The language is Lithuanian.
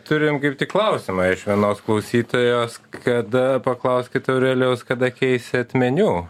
turim kaip tik klausimą iš vienos klausytojos kada paklauskit aurelijaus kada keisit meniu